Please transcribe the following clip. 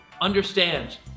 Understand